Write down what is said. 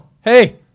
Hey